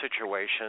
situation –